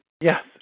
Yes